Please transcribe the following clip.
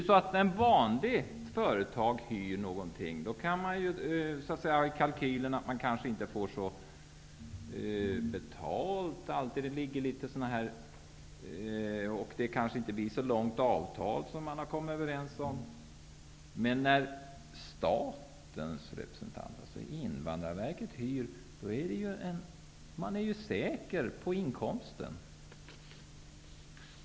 När ett vanligt företag hyr någonting kanske det tas med i kalkylen att man inte alltid får betalt, att det kanske inte blir så långt avtal som man har kommit överens om. Men när statens representant, Invandrarverket, hyr är man säker på inkomsten.